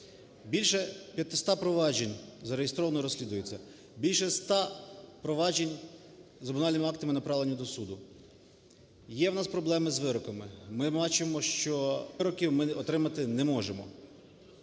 Більше 500 проваджень зареєстровано і розслідується, більше 100 проваджень з обвинувальними актами направлені до суду. Є у нас проблеми з вироками. Ми бачимо, що вироків ми отримати не можемо.